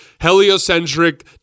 heliocentric